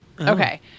Okay